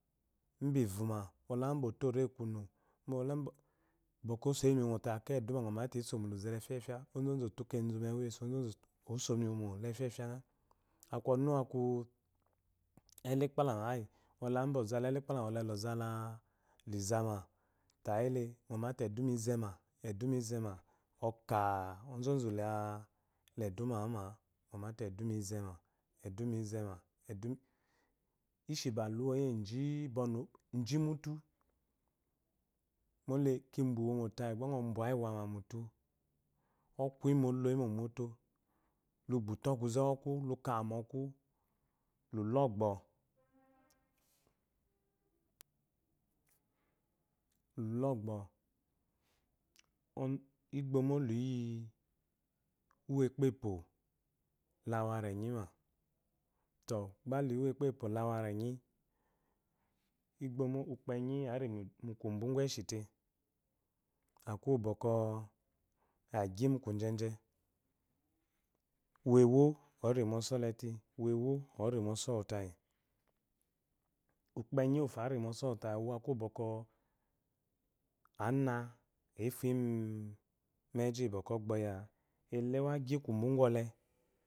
Bivuma bwɔle bɔ toe kunu bwɔkwɔ osoyemi wote akeyii ngo galate edume so muluze lefya fiya ozozu ofukezu mewiyesu ozozu obommiwomo le fiyafye nga aku ɔnu wu aku ehakpadama bwɔle ozala edukpalama bwɔle ozala izama tayi ele ngo mate eduma izema eduma izema oka ozazula eeduma wuma ngo mate edume izema eduma ishibe hywoyu ji b mutu mwle kibwa iwomotayi ba ngo bwayi wama mutu ɔkuyimal doyi mu omoto lugbito okuze wu oku lukama awku lolo ogbo igbomo luyi uwo ekepwo la warenyi ma tɔ gba luyi owoekpewo lawarenyi igbomo ukpenyi arimu kubu kueshi te ak bwɔkwc agyi mukajeje wewo ɔrimɔsolete wewo ɔnmɔ sɔ wutayi ukpenyi ari mɔsɔ wutayi uwu aku bwɔkwɔ ana efumeji akuyi bwɔwc ogboyila el wa gyi kumbu kwɔle